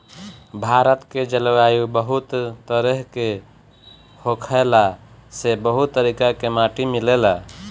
भारत में जलवायु बहुत तरेह के होखला से बहुत तरीका के माटी मिलेला